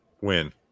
win